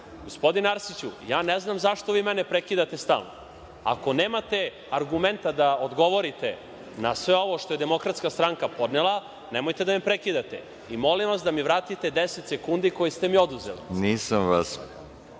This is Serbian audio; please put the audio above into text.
Gospodine Arsiću, ja ne znam zašto vi mene prekidate stalno. Ako nemate argumente da odgovorite na sve ovo što je DS podnela, nemojte da me prekidate. Molim vas da mi vratite 10 sekundi koje ste mi oduzeli. **Veroljub